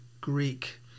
Greek